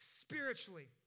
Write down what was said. spiritually